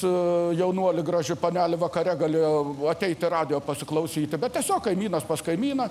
jaunuolė graži panelė vakare galėjo ateiti radijo pasiklausyti bet tiesiog kaimynas pas kaimyną